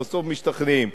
בסוף משתכנעים.